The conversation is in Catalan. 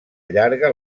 allarga